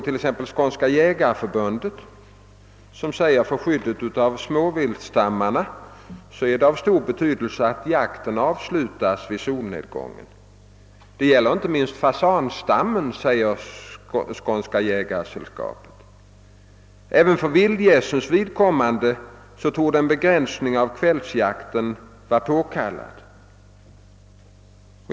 Skånska jägarsällskapet framhöll t.ex. att det för skyddet av småviltstammarna var av stor betydelse att jakten avslutades vid solnedgången. Detta gäller inte minst fasanstammen, sade Skånska jägarsällskapet. Även för vildgässens vidkommande torde en begränsning av kvällsjakten vara påkallad.